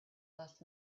last